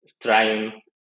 trying